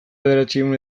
bederatziehun